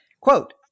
quote